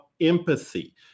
empathy